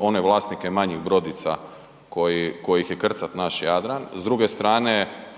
one vlasnike manjih brodica kojih je krcat naš Jadran,